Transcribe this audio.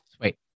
Wait